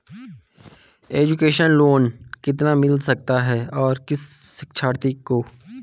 Education loan कितना मिल सकता है और किस शिक्षार्थी को?